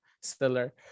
stiller